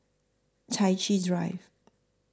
Chai Chee Drive